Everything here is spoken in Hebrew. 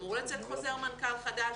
אמור לצאת חוזר מנכ"ל חדש,